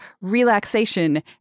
relaxation